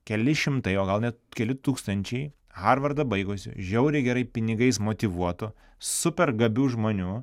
keli šimtai o gal net keli tūkstančiai harvardą baigusių žiauriai gerai pinigais motyvuotų super gabių žmonių